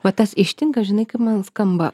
va tas ištinka žinai kaip man skamba